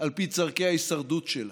על פי צורכי ההישרדות שלה.